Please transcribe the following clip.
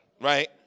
Right